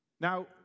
Now